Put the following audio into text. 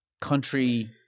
country